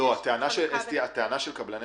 הטענה של קבלני